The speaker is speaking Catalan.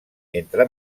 entre